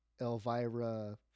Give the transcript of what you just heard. Elvira